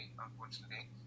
unfortunately